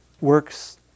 works